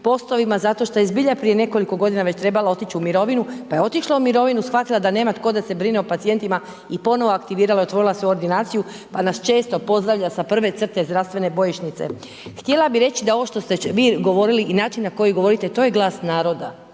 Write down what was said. postovima zato što je zbilja prije nekoliko godina već trebala otići u mirovinu, pa je otišla u mirovinu, shvatila da nema tko da se brine o pacijentima i ponovo aktivirala i otvorila svoju ordinaciju, pa nas često pozdravlja sa prve crte zdravstvene bojišnice. Htjela bih reći da ovo što ste vi govorili i način na koji govorite, to je glas naroda.